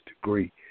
degree